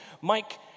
Mike